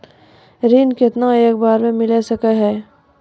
ऋण केतना एक बार मैं मिल सके हेय?